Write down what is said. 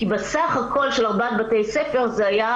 כי בסך הכול של ארבעת בתי הספר זה היה